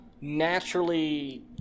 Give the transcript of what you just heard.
naturally